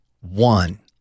one